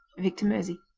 victor meusy